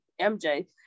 MJ